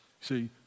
See